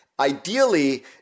ideally